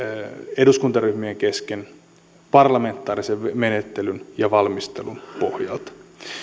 eduskuntaryhmien kesken parlamentaarisen menettelyn ja valmistelun pohjalta